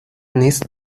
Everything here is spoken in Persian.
نیست